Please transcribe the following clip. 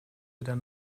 wieder